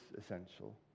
essential